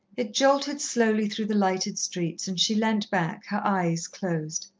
it jolted slowly through the lighted streets, and she leant back, her eyes closed.